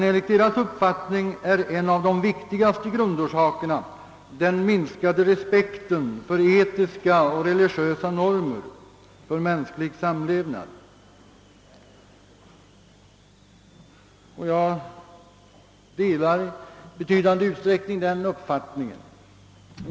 Enligt deras uppfattning är en av de viktigaste grundorsakerna den minskade respekten för etiska och religiösa normer för mänsklig samlevnad. Jag delar i betydande utsträckning den uppfattningen.